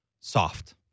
soft